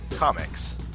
Comics